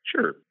Sure